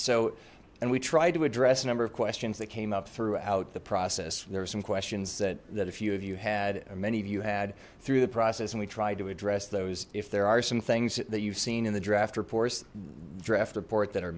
so and we tried to address number of questions that came up throughout the process there are some questions that that a few of you had many of you had through the process and we tried to address those if there are some things that you've seen in the draft reports draft report that are